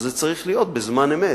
אז זה צריך להיות בזמן אמת,